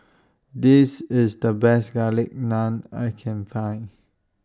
This IS The Best Garlic Naan I Can Find